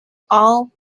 all